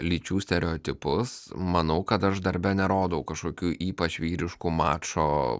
lyčių stereotipus manau kad aš darbe nerodau kažkokių ypač vyriškų mačo